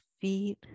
feet